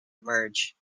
emerge